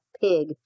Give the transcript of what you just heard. pig